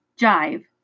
Jive